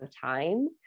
time